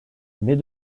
mais